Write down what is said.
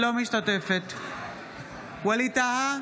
לא משתתפת ווליד טאהא,